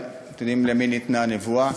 אבל אתם יודעים למי ניתנה הנבואה,